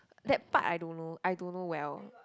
that part I don't know I don't know well